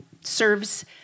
serves